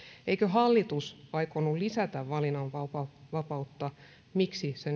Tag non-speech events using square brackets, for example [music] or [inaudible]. eikö hallitus aikonut lisätä valinnanvapautta miksi se [unintelligible]